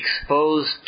exposed